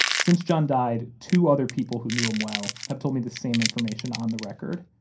since john died, two other people who knew him well have told me the same information on the record.